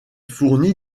fournit